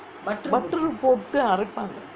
butter போட்டு அரைப்பாங்கே:pottu araippangae